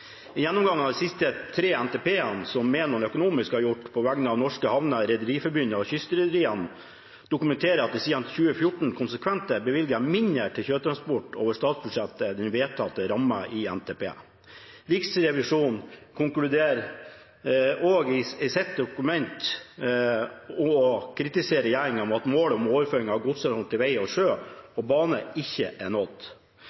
gjennomgang av de siste tre NTP-ene, som Menon Economics har gjort på vegne av Norske Havner, Rederiforbundet og Kystrederiene, dokumenterer at det siden 2014 konsekvent er bevilget mindre til sjøtransporten over statsbudsjettet enn den vedtatte rammen i NTP. Riksrevisjonen kritiserer i sitt dokument også regjeringen for at målet om overføring av godstransport fra vei til sjø